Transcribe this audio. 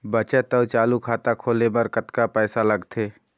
बचत अऊ चालू खाता खोले बर कतका पैसा लगथे?